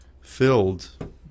filled